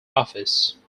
office